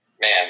man